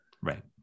right